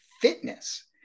fitness